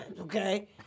okay